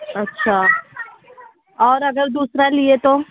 اچھا اور اگر دوسرا لیے تو